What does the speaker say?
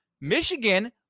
Michigan